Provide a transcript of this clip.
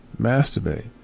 masturbate